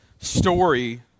story